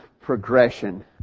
progression